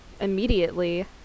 immediately